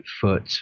foot